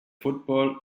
football